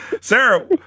Sarah